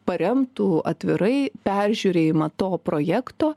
paremtų atvirai peržiūrėjimą to projekto